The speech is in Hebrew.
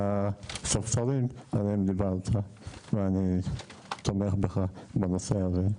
יש את הספסרים עליהם דיברת ואני תומך בך בנושא הזה.